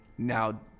Now